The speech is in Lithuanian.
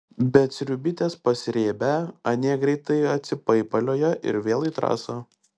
bet sriubytės pasrėbę anie greitai atsipaipalioja ir vėl į trasą